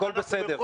הכול בסדר.